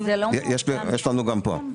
יש לנו גם פה.